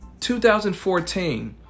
2014